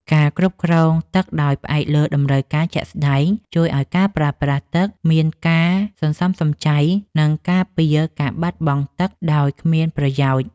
ការគ្រប់គ្រងទឹកដោយផ្អែកលើតម្រូវការជាក់ស្តែងជួយឱ្យការប្រើប្រាស់ទឹកមានការសន្សំសំចៃ និងការពារការបាត់បង់ទឹកដោយគ្មានប្រយោជន៍។